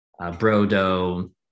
Brodo